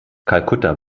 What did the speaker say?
kalkutta